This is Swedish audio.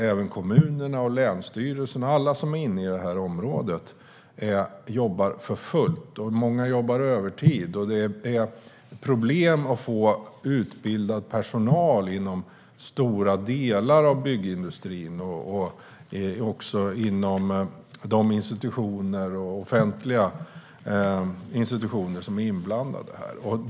Även kommunerna och länsstyrelserna, alla som är inne på det här området, jobbar för fullt, och många jobbar övertid. Det är problem att få utbildad personal inom stora delar av byggindustrin och även inom de offentliga institutioner som är inblandade.